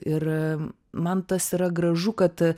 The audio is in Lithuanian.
ir man tas yra gražu kad